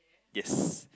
yes